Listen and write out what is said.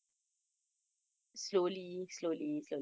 oh mine is very weird